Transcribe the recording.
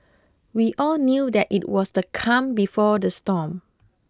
we all knew that it was the calm before the storm